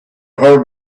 heard